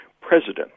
president